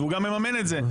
והוא גם מממן את זה.